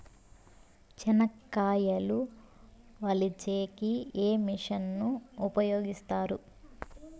చెనక్కాయలు వలచే కి ఏ మిషన్ ను ఉపయోగిస్తారు?